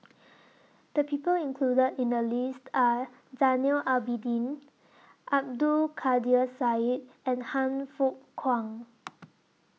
The People included in The list Are Zainal Abidin Abdul Kadir Syed and Han Fook Kwang